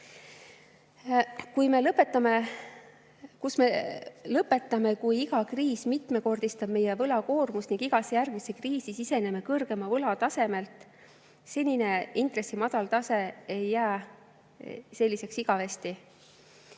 Kus me lõpetame, kui iga kriis mitmekordistab meie võlakoormust ning me igasse järgmisse kriisi siseneme kõrgemalt võlatasemelt? Senine madal intressitase ei jää selliseks igavesti.